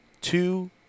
two